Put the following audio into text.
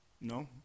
No